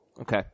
Okay